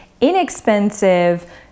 inexpensive